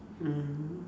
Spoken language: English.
mmhmm